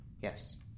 Yes